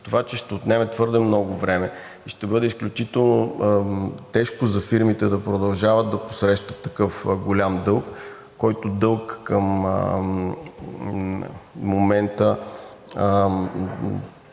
това, че ще отнеме твърде много време, ще бъде изключително тежко за фирмите да продължават да посрещат такъв голям дълг, който дълг към момента